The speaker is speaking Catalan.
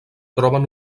troben